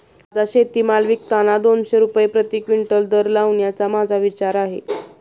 माझा शेतीमाल विकताना दोनशे रुपये प्रति क्विंटल दर लावण्याचा माझा विचार आहे